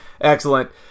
Excellent